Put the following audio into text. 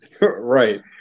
Right